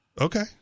Okay